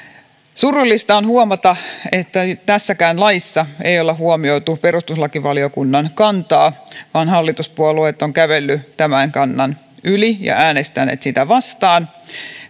surullista on huomata että tässäkään laissa ei ole huomioitu perustuslakivaliokunnan kantaa vaan hallituspuolueet ovat kävelleet tämän kannan yli ja äänestäneet sitä vastaan